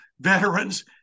veterans